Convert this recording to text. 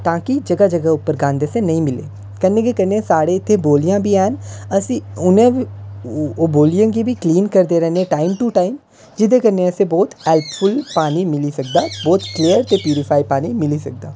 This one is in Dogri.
कि जगह जगह उपर गंद असें गी नेईं मिलै कन्नै गै कन्ने साढ़ै इत्थै बौलियां बी हैन असें उनें ओह् बोलिया गी बी कलीन करदे रौह्न्ने आं टाइम टू टाइम जेह्दे कन्नै असें गी बहुत हैल्थफुल पानी मिली सकदा ते प्योरिफाइड पानी मिली सकदा